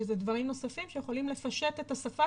שזה דברים נוספים שיכולים לפשט את השפה